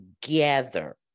together